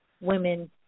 women